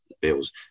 bills